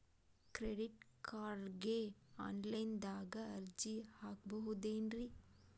Credit ಕಾರ್ಡ್ಗೆ online ದಾಗ ಅರ್ಜಿ ಹಾಕ್ಬಹುದೇನ್ರಿ?